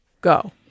go